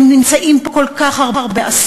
הם נמצאים פה כל כך הרבה עשורים.